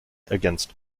against